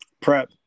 prep